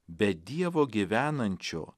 be dievo gyvenančio